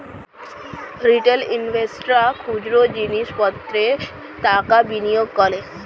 retail ইনভেস্টর্সরা খুচরো জিনিস পত্রে টাকা বিনিয়োগ করে